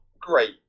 great